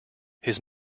his